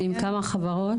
עם כמה חברות?